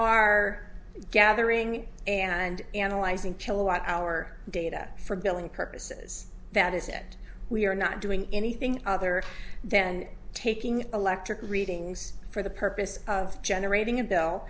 are gathering and analyzing kilowatt hour data for billing purposes that is it we are not doing anything other than taking electric readings for the purpose of generating a bill